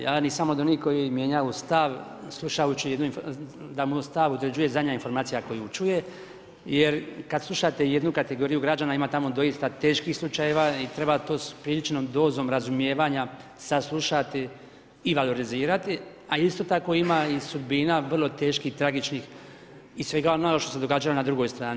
Ja nisam od onih koji mijenjaju stav, da mu stav određuje zadnja informacija koju čuje jer kad slušate jednu kategoriju građana, ima tamo doista teških slučajeva i treba s priličnom dozom razumijevanja saslušati i valorizirati, a isto tako ima i sudbina vrlo teških, tragičnih i svega onoga što se događalo na drugoj strani.